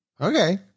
Okay